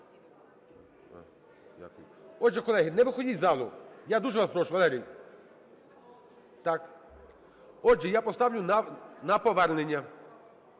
Дякую